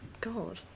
God